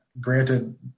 granted